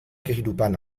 kehidupan